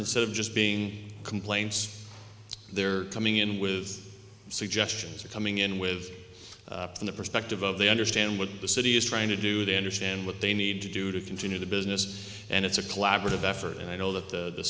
instead of just being complaints they're coming in with suggestions or coming in with the perspective of they understand what the city is trying to do they understand what they need to do to continue the business and it's a collaborative effort and i know that